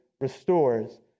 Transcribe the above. restores